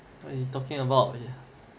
what you talking about